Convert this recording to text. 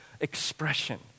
expression